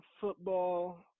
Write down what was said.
football